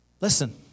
Listen